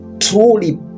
truly